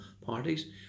parties